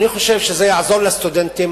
אני חושב שזה יעזור לסטודנטים,